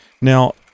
Now